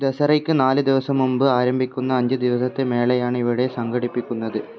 ദസറയ്ക്ക് നാല് ദിവസം മുമ്പ് ആരംഭിക്കുന്ന അഞ്ച് ദിവസത്തെ മേളയാണ് ഇവിടെ സംഘടിപ്പിക്കുന്നത്